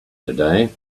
today